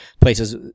places